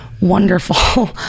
wonderful